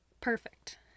perfect